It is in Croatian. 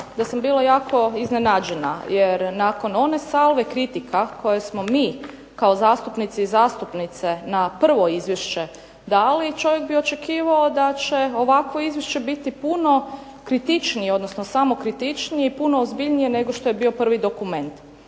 da sam bila jako iznenađena, jer nakon one salve kritika koje smo mi kao zastupnice i zastupnici na prvo Izvješće dali, čovjek bi očekivao da će ovakvo Izvješće biti puno kritičnije i samokritičnije i ozbiljnije nego što je bio prvi dokument.